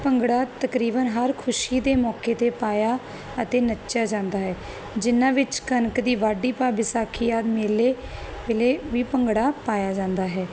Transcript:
ਭੰਗੜਾ ਤਕਰੀਬਨ ਹਰ ਖੁਸ਼ੀ ਦੇ ਮੌਕੇ ਤੇ ਪਾਇਆ ਅਤੇ ਨੱਚਿਆ ਜਾਂਦਾ ਹੈ ਜਿਨਾਂ ਵਿਚ ਕਣਕ ਦੀ ਵਾਢੀ ਭਾਵ ਵਿਸਾਖੀ ਆਦਿ ਮੇਲੇ ਵੇਲੇ ਵੀ ਭੰਗੜਾ ਪਾਇਆ ਜਾਂਦਾ ਹੈ